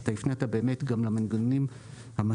אתה הפנית גם למנגנונים המשלימים,